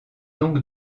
donc